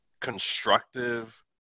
constructive